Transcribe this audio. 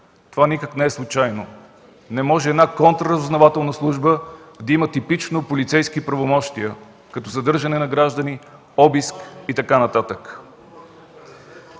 Това никак не е случайно. Не може една контраразузнавателна служба да има типично полицейски правомощия, като задържане на граждани, обиск и така нататък.